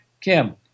Kim